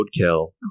roadkill